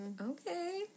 Okay